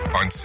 on